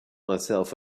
myself